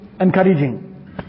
encouraging